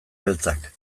beltzak